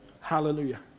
Hallelujah